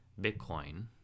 Bitcoin